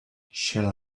shall